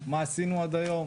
מה עשינו עד היום,